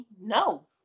No